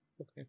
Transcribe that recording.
Okay